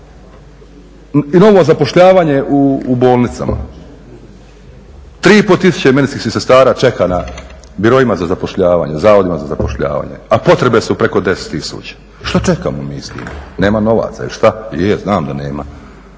i novo zapošljavanje u bolnicama. 3500 medicinskih sestara čeka na biroima za zapošljavanje, zavodima za zapošljavanje, a potrebe su preko 10 000. Što čekamo mi s njima? Nema novaca ili što? Je, znam da nema.